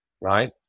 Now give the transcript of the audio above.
right